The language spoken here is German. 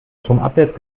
stromabwärts